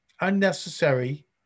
unnecessary